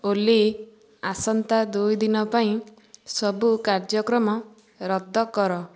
ଓଲି ଆସନ୍ତା ଦୁଇ ଦିନ ପାଇଁ ସବୁ କାର୍ଯ୍ୟକ୍ରମ ରଦ୍ଦ କର